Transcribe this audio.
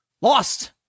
lost